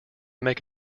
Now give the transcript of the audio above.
make